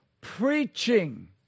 preaching